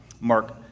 Mark